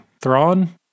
Thrawn